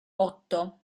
otto